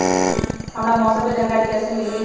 हमरा मौसम के जानकारी कैसी मिली?